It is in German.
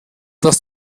das